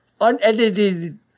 unedited